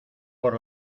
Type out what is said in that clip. por